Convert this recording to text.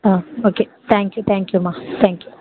ah okay thank you thank யூம்மா thank you